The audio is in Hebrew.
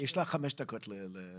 יש לך חמש דקות למצגת.